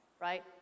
right